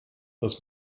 das